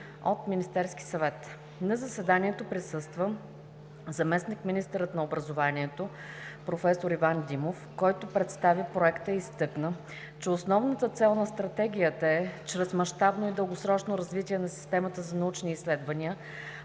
от Министерския съвет. На заседанието присъства заместник-министърът на образованието проф. Иван Димов, който представи Проекта и изтъкна, че основната цел на Стратегията е чрез мащабно и дългосрочно развитие на системата за научни изследвания